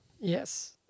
Yes